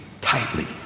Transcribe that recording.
tightly